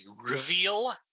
reveal